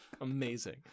Amazing